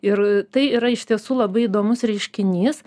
ir tai yra iš tiesų labai įdomus reiškinys